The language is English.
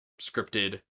scripted